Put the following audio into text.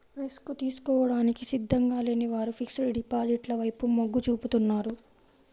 risk తీసుకోవడానికి సిద్ధంగా లేని వారు ఫిక్స్డ్ డిపాజిట్ల వైపు మొగ్గు చూపుతున్నారు